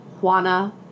Juana